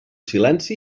silenci